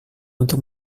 untuk